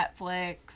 Netflix